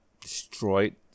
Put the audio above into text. destroyed